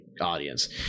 audience